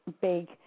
big